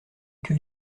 que